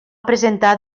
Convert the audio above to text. presentar